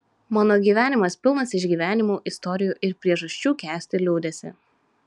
mano gyvenimas pilnas išgyvenimų istorijų ir priežasčių kęsti liūdesį